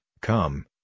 Come